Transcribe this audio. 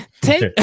Take